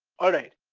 alright,